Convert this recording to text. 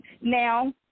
now